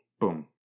Boom